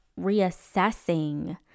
reassessing